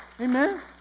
Amen